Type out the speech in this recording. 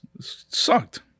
sucked